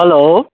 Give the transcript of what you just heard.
hello